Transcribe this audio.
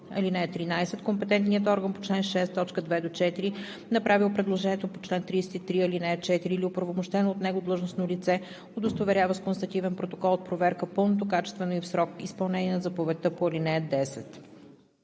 ѝ. (13) Компетентният орган по чл. 6, т. 2 – 4, направил предложението по чл. 33, ал. 4, или оправомощено от него длъжностно лице удостоверява с констативен протокол от проверка пълното, качествено и в срок изпълнение на заповедта по ал. 10.“